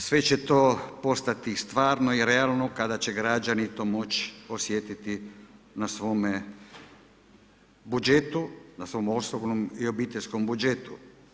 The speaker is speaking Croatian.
Naravno, sve će to postati stvarno i realno kada će građani to moći osjetiti na svome budžetu, na svom osobnom i obiteljskom budžetu.